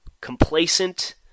complacent